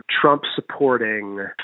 Trump-supporting